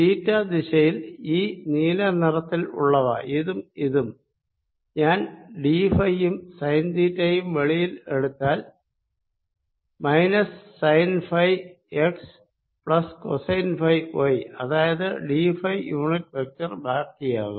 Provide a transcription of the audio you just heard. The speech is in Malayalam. തീറ്റ ദിശയിൽ ഈ നീല നിറത്തിൽ ഉള്ളവ ഇതും ഇതും ഞാൻ ഡി ഫൈ യും സൈൻ തീറ്റ യും വെളിയിൽ എടുത്താൽ minus sine phi x plus cosine phi y അതായത് ഡി ഫൈ യൂണിറ്റ് വെക്ടർ ബാക്കിയാകും